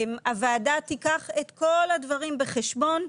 הוועדה תיקח את כל הדברים בחשבון,